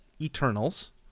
Eternals